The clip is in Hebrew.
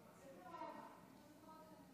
ההצעה להעביר את הנושא לוועדת הכנסת